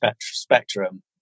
spectrum